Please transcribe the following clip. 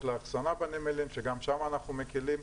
להחסנה בנמלים שגם שם אנחנו מקלים,